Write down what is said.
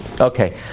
Okay